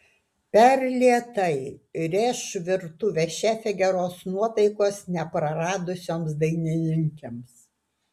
per lėtai rėš virtuvės šefė geros nuotaikos nepraradusioms dainininkėms